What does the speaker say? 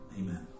amen